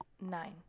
Nine